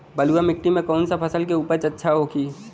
बलुआ मिट्टी में कौन सा फसल के उपज अच्छा होखी?